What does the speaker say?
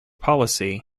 policy